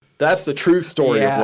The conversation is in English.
that's the true story yeah